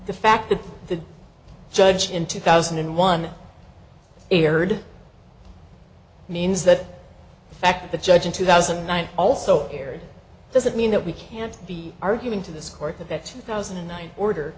the fact that the judge in two thousand and one ared means that the fact that the judge in two thousand and nine also aired doesn't mean that we can't be arguing to this court that's two thousand and nine order